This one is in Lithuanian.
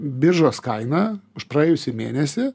biržos kaina už praėjusį mėnesį